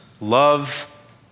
love